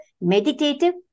meditative